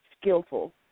skillful